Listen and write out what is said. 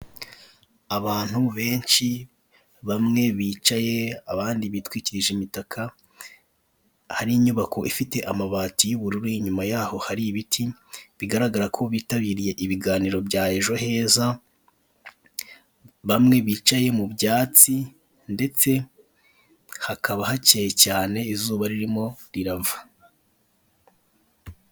Abantu benshi bamwe bicaye abandi bitwikirije imitaka, hari inyubako ifite amabati y'ubururu inyuma yaho hari ibiti, bigaragara ko bitabiriye ibiganiro bya ejo heza, bamwe bicaye mu byatsi ndetse hakaba hakeye cyane izuba ririmo rirava.